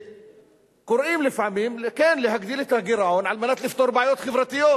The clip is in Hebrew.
שקוראים לפעמים כן להגדיל את הגירעון כדי לפתור בעיות חברתיות.